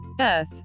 earth